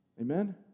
Amen